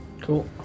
cool